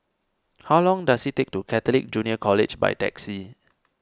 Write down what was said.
how long does it take to get to Catholic Junior College by taxi